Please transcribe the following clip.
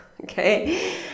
okay